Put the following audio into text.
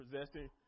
possessing